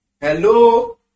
Hello